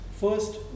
first